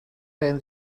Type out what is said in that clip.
hen